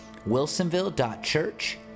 wilsonville.church